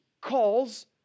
calls